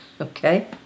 Okay